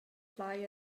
plai